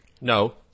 No